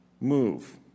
Move